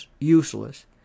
useless